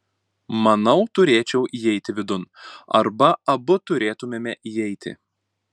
manau turėčiau įeiti vidun arba abu turėtumėme įeiti